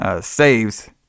saves